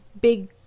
big